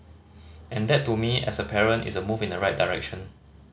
and that to me as a parent is a move in the right direction